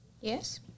Yes